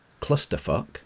clusterfuck